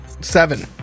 Seven